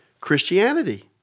Christianity